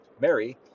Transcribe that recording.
mary